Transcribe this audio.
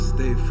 Stay